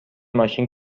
ماشین